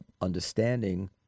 understanding